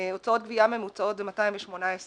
הוצאות גבייה ממוצעות הן 218 שקלים,